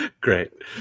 Great